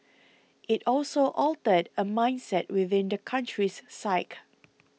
it also altered a mindset within the country's psyche